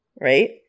right